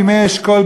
בימי אשכול,